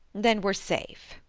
then we're safe!